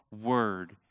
word